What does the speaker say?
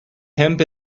hemp